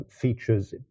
features